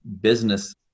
business